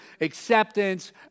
acceptance